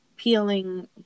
Peeling